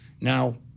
Now